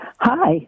Hi